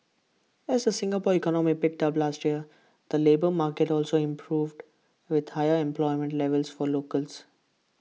as the Singapore economy picked up last year the labour market also improved with higher employment levels for locals